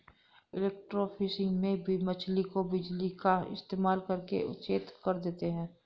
electrofishing में मछली को बिजली का इस्तेमाल करके अचेत कर देते हैं